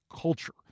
culture